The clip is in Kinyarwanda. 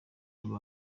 aba